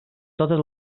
totes